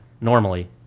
normally